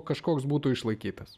kažkoks būtų išlaikytas